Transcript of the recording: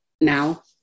now